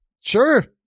Sure